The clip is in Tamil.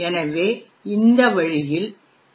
எனவே இந்த வழியில் ஏ